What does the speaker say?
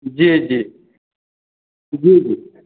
जी जी जी जी